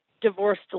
divorced